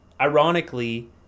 ironically